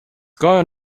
going